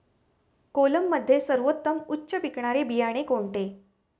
कोलममध्ये सर्वोत्तम उच्च पिकणारे बियाणे कोणते?